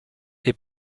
est